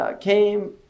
came